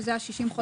שזה עד 60 חודשים,